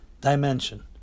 dimension